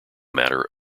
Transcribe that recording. matter